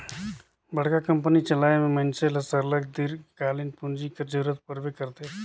बड़का कंपनी चलाए में मइनसे ल सरलग दीर्घकालीन पूंजी कर जरूरत परबे करथे